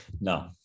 no